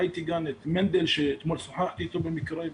ראיתי כאן את מנדל שאתמול שוחחתי איתו במקרה,